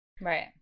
Right